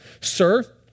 Sir